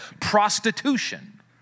prostitution